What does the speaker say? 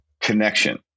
connection